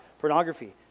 Pornography